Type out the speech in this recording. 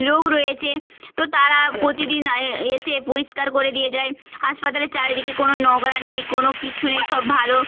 লোক রয়েছে তো তারা প্রতিদিন এসে পরিষ্কার করে দিয়ে যায় হাসপাতালের চারিদিকে কোনো নোংরা নেই কোনো কিচ্ছু নেই সব ভালো